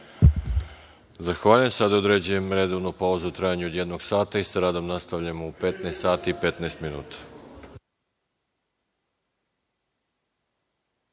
Zahvaljujem. Sada određujem redovnu pauzu u trajanju od jednog sata. Sa radom nastavljamo u 15 časova i 15 minuta.(Posla